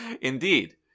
Indeed